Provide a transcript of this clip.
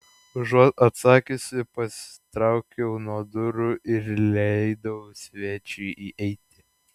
užuot atsakiusi pasitraukiau nuo durų ir leidau svečiui įeiti